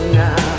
now